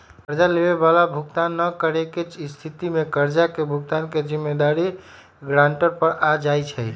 कर्जा लेबए बला भुगतान न करेके स्थिति में कर्जा के भुगतान के जिम्मेदारी गरांटर पर आ जाइ छइ